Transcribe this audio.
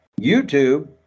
YouTube